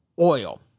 oil